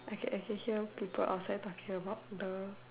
okay I can hear people outside talking about the